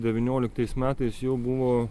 devynioliktais metais jau buvo